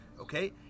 okay